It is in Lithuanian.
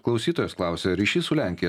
klausytojas klausia ryšys su lenkija